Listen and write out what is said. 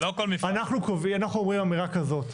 אנחנו אומרים אמירה כזאת,